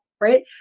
right